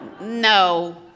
No